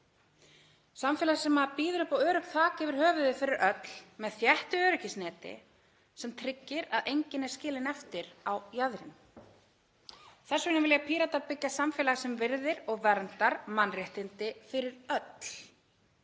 samfélag sem býður upp á öruggt þak yfir höfuðið fyrir öll með þéttu öryggisneti sem tryggir að enginn er skilinn eftir á jaðrinum. Þess vegna vilja Píratar byggja samfélag sem virðir og verndar mannréttindi fyrir öll,